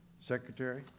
Secretary